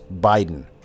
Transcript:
Biden